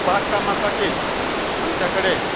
बागकामासाठी आमच्याकडे